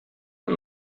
and